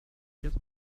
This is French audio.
quatre